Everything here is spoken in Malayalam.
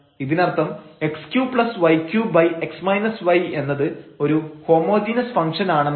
ഇതിനർത്ഥം x3y3x y എന്നത് ഒരു ഹോമോജീനസ് ഫംഗ്ഷൻ ആണെന്നാണ്